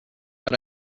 but